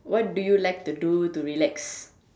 what do you like to do to relax